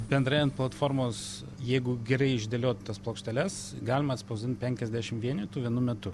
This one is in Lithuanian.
bendrai ant platformos jeigu gerai išdėliot tas plokšteles galim atspausdint penkiasdešim vienetų vienu metu